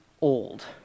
old